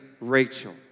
Rachel